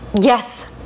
Yes